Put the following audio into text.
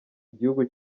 igihugu